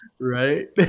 right